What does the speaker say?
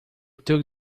took